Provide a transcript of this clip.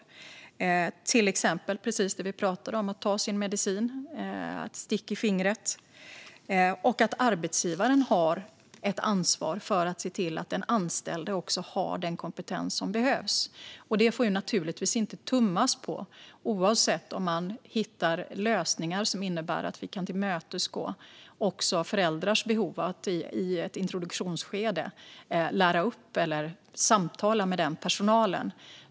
Det gäller till exempel det som vi talade om, att ta sin medicin, stick i fingret och så vidare. Också arbetsgivaren har ett ansvar för att se till att den anställde har den kompetens som behövs. Det får naturligtvis inte tummas på, oavsett om man hittar lösningar som innebär att vi kan tillmötesgå också föräldrars behov att i ett introduktionsskede lära upp eller samtala med personalen.